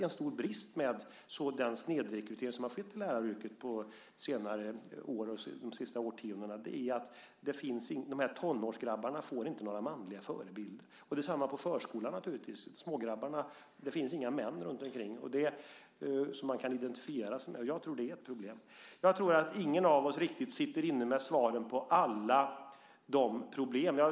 En stor brist med den snedrekrytering som har skett i läraryrket är att tonårsgrabbarna inte får några manliga förebilder. Detsamma gäller naturligtvis i förskolan - det finns inga män runtomkring smågrabbarna som de kan identifiera sig med. Jag tror att det är ett problem. Jag tror att ingen av oss riktigt sitter inne med svaren på alla de problem som finns.